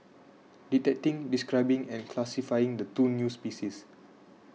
detecting describing and classifying the two new species